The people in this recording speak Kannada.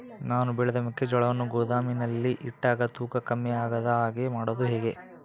ನಾನು ಬೆಳೆದ ಮೆಕ್ಕಿಜೋಳವನ್ನು ಗೋದಾಮಿನಲ್ಲಿ ಇಟ್ಟಾಗ ತೂಕ ಕಮ್ಮಿ ಆಗದ ಹಾಗೆ ಮಾಡೋದು ಹೇಗೆ?